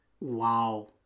Wow